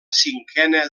cinquena